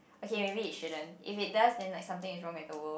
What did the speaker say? okay maybe it shouldn't if it does then like something is wrong with the world